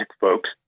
folks